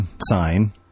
sign